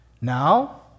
Now